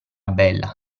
bella